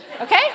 okay